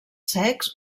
secs